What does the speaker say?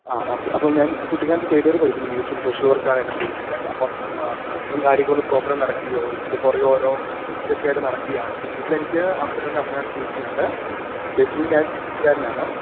ആ ഓക്കെ അപ്പം ഞാൻ കുട്ടിക്കാനത്ത് തേഡിയര് പഠിക്കുന്നു ബിഎ സോഷ്യൽ വർക്കാണ് എൻ്റെ കോഴ്സ് ഞാൻ അപ്പം പഠിത്തവും കാര്യങ്ങളൊന്നും പ്രോപ്പറായിട്ട് നടക്കുന്നില്ല ഓ ഇതിൻ്റെ പുറകെ ഓരോ ഇതൊക്കെ ആയിട്ട് നടക്കയാണ് ഇപ്പം വീട്ടിലെനിക്ക് അപ്പനുണ്ട് അമ്മയുണ്ട് ചേച്ചിയുണ്ട് പേഴ്സണലി ഞാൻ ഇടുക്കിക്കാരനാണ്